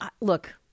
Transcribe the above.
look